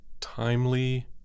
Timely